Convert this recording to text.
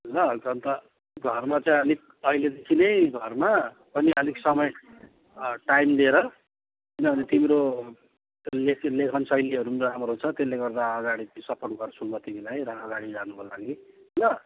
ल अन्त घरमा चाहिँ अलिक अहिलेदेखि नै घरमा पनि अलिक समय टाइम लिएर किनभने तिम्रो लेख लेखन शैलीहरू पनि राम्रो छ त्यसले गर्दा अगाडि सपोर्ट गर्छु म तिमीलाई र अगाडि जानुको लागि ल